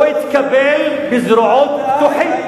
הוא התקבל בזרועות פתוחות,